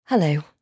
Hello